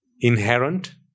inherent